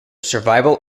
survival